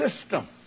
system